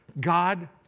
God